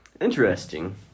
Interesting